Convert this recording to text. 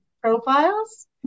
profiles